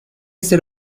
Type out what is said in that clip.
ser